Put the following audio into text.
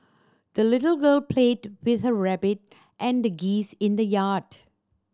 the little girl played with her rabbit and geese in the yard